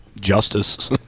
justice